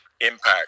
impact